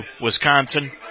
Wisconsin